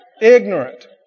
Ignorant